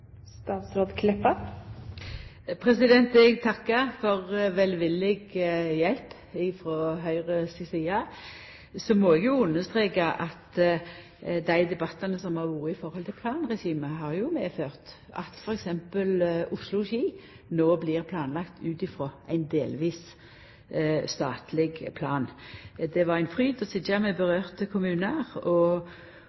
Eg takkar for velvillig hjelp frå Høgre si side. Så må eg understreka at dei debattane som har vore om planregimet, har jo ført til at f.eks. Oslo–Ski no blir planlagt delvis ut frå ein statleg plan. Det var ein fryd å sitja saman med